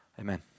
amen